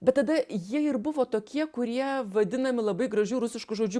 bet tada jie ir buvo tokie kurie vadinami labai gražiu rusišku žodžiu